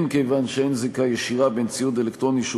כיוון שאין זיקה ישירה בין ציוד אלקטרוני שהוא